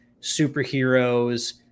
superheroes